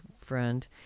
friend